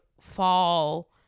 fall